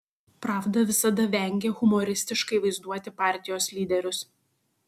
pravda visada vengė humoristiškai vaizduoti partijos lyderius